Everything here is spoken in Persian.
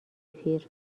پیر